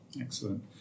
Excellent